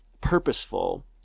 purposeful